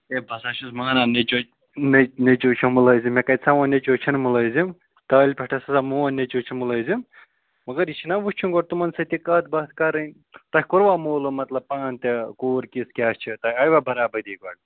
A بہٕ ہسا چھُس مانان نیٚچوٗ نیٚچوٗ چھُ مُلٲزِم مےٚ کَتہِ سا ووٚن نیٚچوٗ چھِنہٕ مُلٲزِم تالہِ پٮ۪ٹھ اَسہِ ہَسا مون نیٚچوٗ چھُ مُلٲزِم مگر یہِ چھُنہ وٕچھُن گۄڈٕ تِمَن سۭتۍ تہِ کَتھ باتھ کَرٕنۍ تۄہہِ کوٚروا معلوٗم مطلب پانہٕ تہِ کوٗر کِژھ کیٛاہ چھِ تۄہہِ آیوا برابٔدی گۄڈٕ